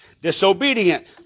disobedient